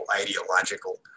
ideological